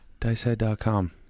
Dicehead.com